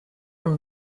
from